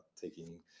taking